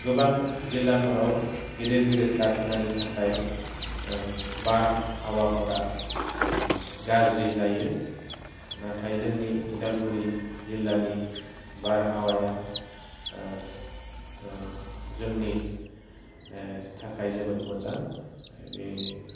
गोबां जिल्लाफोराव गेदेर गेदेर खारखानानि थाखाय बारहावाफोरा गाज्रि जायो नाथाय जोंनि उदालगुरि जिल्लानि बारहावाया जोंनि थाखाय जोबोद मोजां बेनि